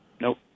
Nope